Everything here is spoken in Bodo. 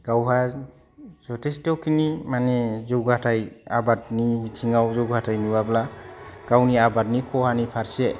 गावहा जथेस्थ'खिनि माने जौगाथाय आबादनि बिथिङाव जौगाथाय नुआब्ला गावनि आबादनि खहानि फारसे